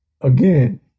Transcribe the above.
again